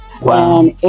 Wow